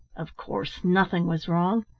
of course, nothing was wrong.